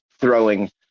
throwing